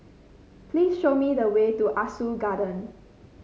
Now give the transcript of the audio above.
please show me the way to Ah Soo Garden